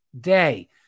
day